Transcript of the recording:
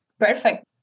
Perfect